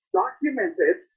documented